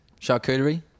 charcuterie